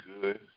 good